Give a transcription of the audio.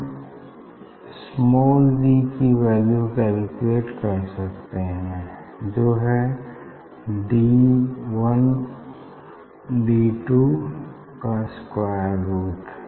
हम small d की value calculate कर सकते है जो है डी वन डी टू कर स्क्वायर रुट